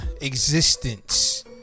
existence